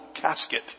casket